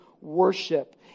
worship